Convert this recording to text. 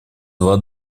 два